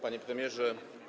Panie Premierze!